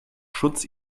schutz